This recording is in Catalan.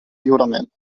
lliurement